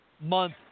month